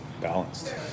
Balanced